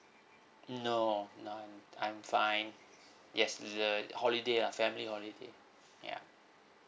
no no I'm I'm fine yes the holiday ah family holiday ya